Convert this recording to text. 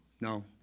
No